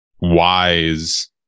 Wise